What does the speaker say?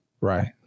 Right